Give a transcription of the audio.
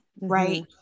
right